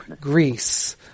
Greece